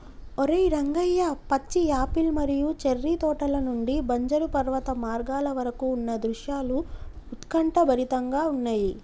ఓరై రంగయ్య పచ్చి యాపిల్ మరియు చేర్రి తోటల నుండి బంజరు పర్వత మార్గాల వరకు ఉన్న దృశ్యాలు ఉత్కంఠభరితంగా ఉన్నయి